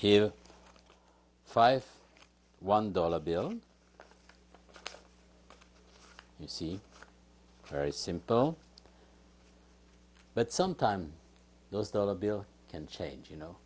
here five one dollar bill you see very simple but sometimes those dollar bill can change you know